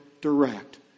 direct